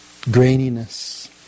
graininess